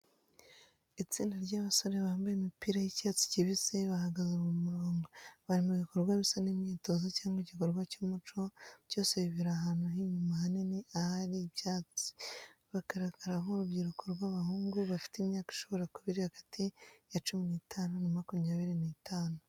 Itsinda ry'abasore bambaye imipira y'icyatsi kibisi bahagaze mu murongo, bari mu bikorwa bisa n’imyitozo cyangwa igikorwa cy’umuco, byose bibera ahantu h’inyuma hanini ahari ibyatsi. Bagaragara nk’urubyiruko rw'abahungu, bafite imyaka ishobora kuba iri hagati ya cumi n'itanu na makumyabiri n'itanu.